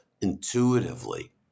intuitively